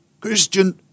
Christian